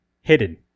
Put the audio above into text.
Hidden